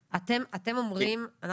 רשמתי את כל הדברים, ואנו מעלים אותם כאן.